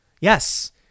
Yes